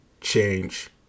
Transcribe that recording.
change